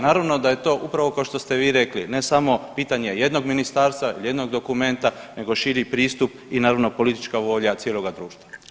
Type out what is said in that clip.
Naravno da je to upravo kao što ste vi rekli ne samo pitanje jednog ministarstva ili jednog dokumenta nego širi pristup i naravno politička volja cijeloga društva.